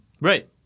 Right